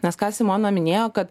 nes ką simona minėjo ka